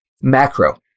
Macro